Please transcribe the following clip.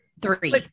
Three